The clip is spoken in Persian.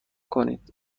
کنید